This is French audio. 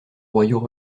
royaux